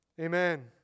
Amen